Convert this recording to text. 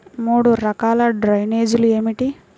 మూడు రకాల డ్రైనేజీలు ఏమిటి?